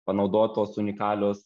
panaudotos unikalios